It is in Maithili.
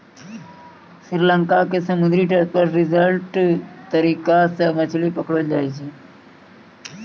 श्री लंका के समुद्री तट पर स्टिल्ट तरीका सॅ मछली पकड़लो जाय छै